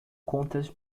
contas